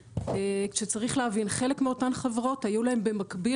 כאשר צריך להבין שלחלק מאותן חברות היו במקביל